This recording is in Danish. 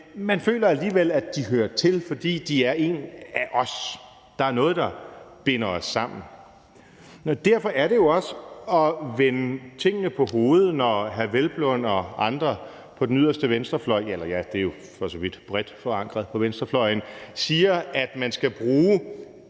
man føler alligevel, at de hører til, fordi de er en af os. Der er noget, der binder os sammen. Derfor er det jo også at vende tingene på hovedet, når hr. Peder Hvelplund og andre på den yderste venstrefløj – ja, det er